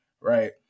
Right